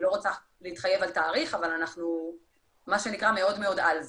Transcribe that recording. אני לא רוצה להתחייב על תאריך אבל אנחנו מאוד-מאוד על זה.